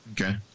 Okay